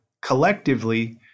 collectively